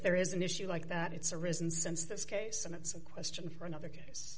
there is an issue like that it's arisen since this case and it's a question for another case